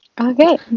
Okay